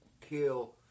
kill